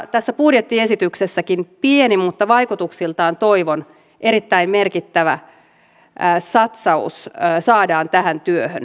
tässä budjettiesityksessäkin pieni mutta vaikutuksiltaan toivon erittäin merkittävä satsaus saadaan tähän työhön